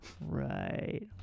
Right